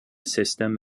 system